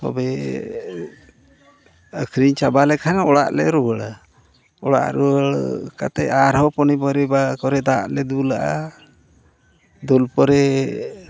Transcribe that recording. ᱛᱚᱵᱮ ᱟᱹᱠᱷᱨᱤᱧ ᱪᱟᱵᱟ ᱞᱮᱠᱷᱟᱱ ᱚᱲᱟᱜ ᱞᱮ ᱨᱩᱣᱟᱹᱲᱟ ᱚᱲᱟᱜ ᱨᱩᱣᱟᱹᱲ ᱠᱟᱛᱮᱫ ᱟᱨᱦᱚᱸ ᱯᱚᱱᱤ ᱯᱚᱨᱤᱵᱟᱨ ᱠᱚᱨᱮᱜ ᱫᱟᱜ ᱞᱮ ᱫᱩᱞᱟᱜᱼᱟ ᱫᱩᱞ ᱯᱚᱨᱮ